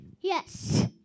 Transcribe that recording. Yes